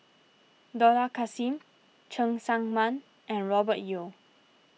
Dollah Kassim Cheng Tsang Man and Robert Yeo